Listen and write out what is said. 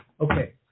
Okay